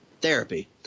therapy